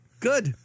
good